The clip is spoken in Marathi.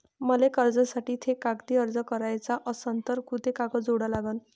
मले कर्जासाठी थे कागदी अर्ज कराचा असन तर कुंते कागद जोडा लागन?